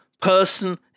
person